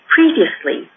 Previously